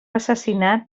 assassinat